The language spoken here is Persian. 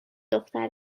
دختر